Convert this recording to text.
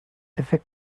diffyg